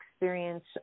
experience